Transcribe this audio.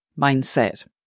mindset